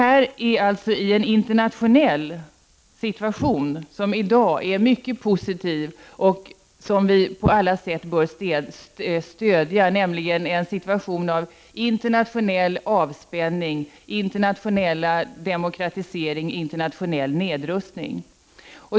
Detta sker då den internationella situationen är mycket positiv, och den bör vi på alla sätt stödja. Det är nämligen en situation av internationell avspänning, internationell demokratisering och internationell nedrustning.